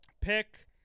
pick